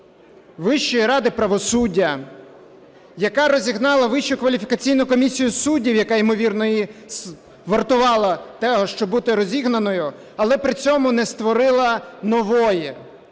Вищої ради правосуддя, яка розігнала Вищу кваліфікаційну комісію суддів, яка, ймовірно, і вартувала того, щоб бути розігнаною, але при цьому не створила нової,